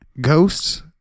ghosts